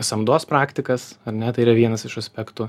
samdos praktikas ar ne tai yra vienas iš aspektų